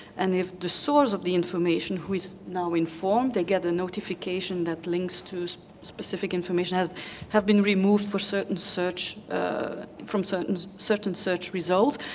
and if the source of the information, who is now informed, they get a notification that links to specific information have have been removed for certain search from certain certain search results.